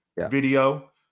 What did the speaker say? video